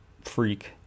freak